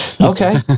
Okay